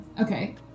Okay